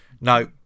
no